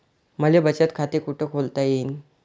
मले बचत खाते कुठ खोलता येईन?